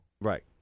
Right